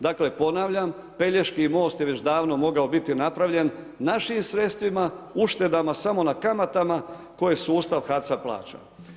Dakle ponavljam, Pelješki most je već davno mogao biti napravljen našim sredstvima, uštedama samo na kamatama koje su sustav HAC-a plaća.